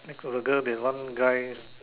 next to the girl there is one guy